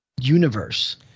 universe